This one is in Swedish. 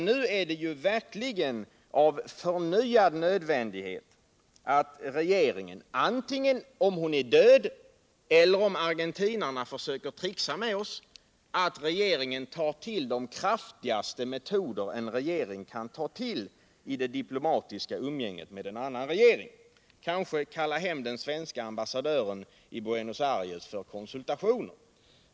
Nu är det verkligen av förnyad nödvändighet att regeringen, om Dagmar Hagelin är död eller om argentinarna försöker trixa med oss, tar till de kraftigaste metoder som en regering kan ta till i det diplomatiska umgänget med en annan regering — kanske kallar hem den svenske ambassadören i Buenos Aires för konsultation.